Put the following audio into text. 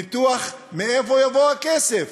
ניתוח מאיפה יבוא הכסף.